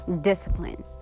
Discipline